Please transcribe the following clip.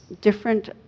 different